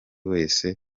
wese